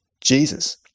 Jesus